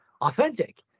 Authentic